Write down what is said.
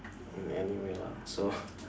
anyway lah so